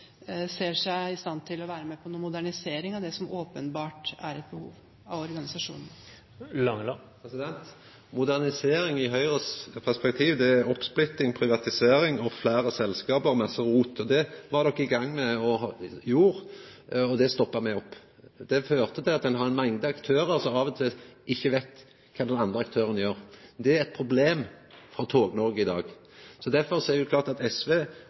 ser seg i stand til å være med på noen modernisering av organisasjonene, som det åpenbart er behov for? Modernisering i Høgres perspektiv er oppsplitting, privatisering og fleire selskap – masse rot. Det var dei i gang med å gjera, og det stoppa me opp. Det førte til at ein har ei mengd aktørar som av og til ikkje veit kva den andre aktøren gjer. Det er eit problem for Tog-Noreg i dag. Derfor er det klart at SV,